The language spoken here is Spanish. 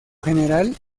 general